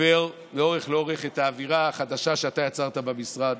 עוברת לאורך האווירה החדשה שאתה יצרת במשרד,